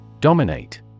Dominate